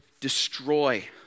destroy